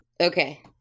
Okay